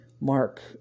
mark